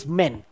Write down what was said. men